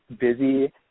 busy